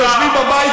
מוטי יוגב,